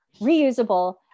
reusable